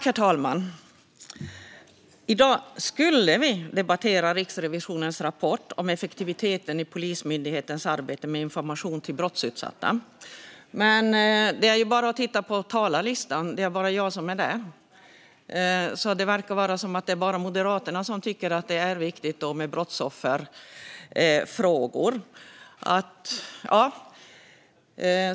Herr talman! I dag skulle vi debattera Riksrevisionens rapport om effektiviteten i Polismyndighetens arbete med information till brottsutsatta, men det är bara jag som finns med på talarlistan. Det verkar bara vara Moderaterna som tycker att brottsofferfrågor är viktiga.